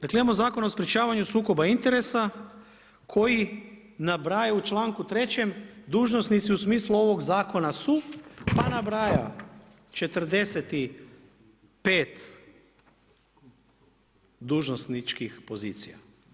Dakle, imamo Zakon o sprječavanju sukoba interesa koji nabraja u članku 3. dužnosnici u smislu ovog zakona su pa nabraja 45. dužnosničkih pozicija.